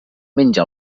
menja